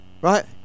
Right